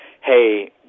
hey